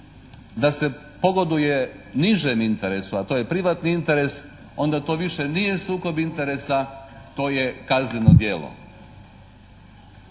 da se pogoduje nižem interesu, a to je privatni interes, onda to više nije sukob interesa, to je kazneno djelo.